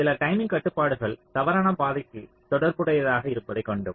சில டைமிங் கட்டுப்பாடுகள் தவறான பாதைக்கு தொடர்புடையதாக இருப்பதை கண்டோம்